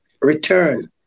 return